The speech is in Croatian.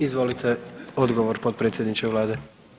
Izvolite odgovor potpredsjedniče vlade.